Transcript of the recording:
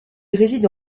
réside